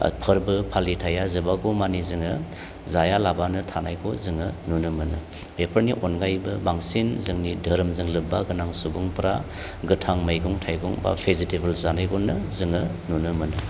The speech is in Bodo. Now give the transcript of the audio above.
ओ फोरबो फालिथाया जोबागौ मानि जोङो जाया लाबानो थानायखौ जोङो नुनो मोनो बेफोरनि अनगायैबो बांसिन जोंनि धोरोमजों लोबबा गोनां सुबुंफ्रा गोथां मैगं थाइगं बा भेजिटेबोल्स जानायखौनो जोङो नुनो मोनो